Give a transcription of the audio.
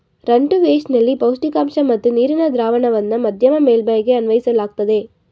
run to waste ನಲ್ಲಿ ಪೌಷ್ಟಿಕಾಂಶ ಮತ್ತು ನೀರಿನ ದ್ರಾವಣವನ್ನ ಮಧ್ಯಮ ಮೇಲ್ಮೈಗೆ ಅನ್ವಯಿಸಲಾಗ್ತದೆ